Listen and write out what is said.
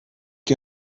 die